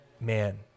man